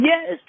Yes